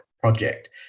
project